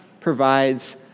provides